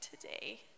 today